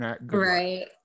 Right